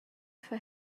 for